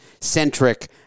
centric